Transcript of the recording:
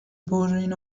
برین